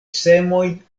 semojn